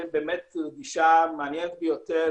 זה באמת גישה מעניינת ביותר,